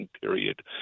period